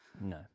no